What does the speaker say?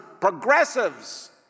progressives –